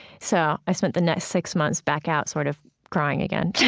so i spent the next six months back out sort of crying again.